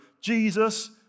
Jesus